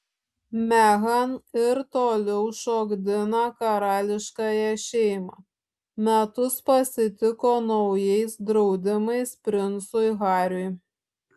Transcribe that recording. meghan ir toliau šokdina karališkąją šeimą metus pasitiko naujais draudimais princui hariui